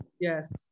Yes